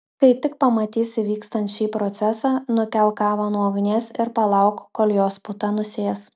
kai tik pamatysi vykstant šį procesą nukelk kavą nuo ugnies ir palauk kol jos puta nusės